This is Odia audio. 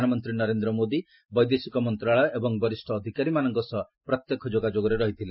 ପ୍ରଧାନମନ୍ତ୍ରୀ ନରେନ୍ଦ୍ର ମୋଦି ବୈଦେଶିକ ମନ୍ତ୍ରଣାଳୟ ଏବଂ ବରିଷ୍ଠ ଅଧିକାରୀମାନଙ୍କ ସହ ପ୍ରତ୍ୟକ୍ଷ ଯୋଗାଯୋଗରେ ରହିଥିଲେ